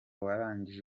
warangije